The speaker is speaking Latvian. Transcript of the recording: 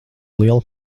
liela